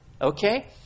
Okay